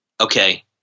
Okay